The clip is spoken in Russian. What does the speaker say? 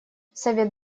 совет